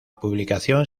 publicación